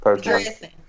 Dressing